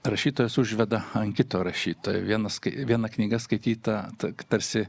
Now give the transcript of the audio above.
rašytojas užveda ant kito rašytojo vienas kai viena knyga skaityta tarsi